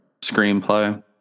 screenplay